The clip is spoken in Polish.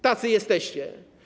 Tacy jesteście.